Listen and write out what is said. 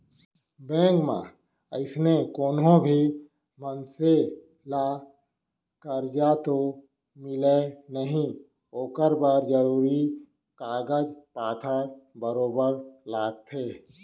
bank म अइसने कोनो भी मनसे ल करजा तो मिलय नई ओकर बर जरूरी कागज पातर बरोबर लागथे